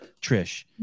Trish